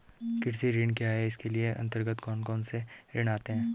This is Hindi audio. कृषि ऋण क्या है इसके अन्तर्गत कौन कौनसे ऋण आते हैं?